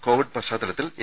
Covid പശ്ചാത്തലത്തിൽ A